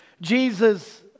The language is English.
Jesus